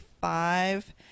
five